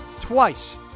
twice